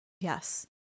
Yes